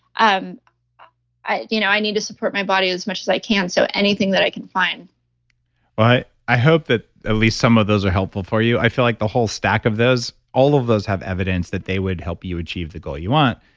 um i you know i need to support my body as much as i can, so anything that i can find well but i hope that at least some of those are helpful for you. i feel like the whole stack of those, all of those have evidence that they would help you achieve the goal you want,